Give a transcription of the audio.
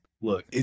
look